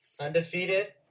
undefeated